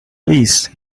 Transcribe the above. please